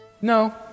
No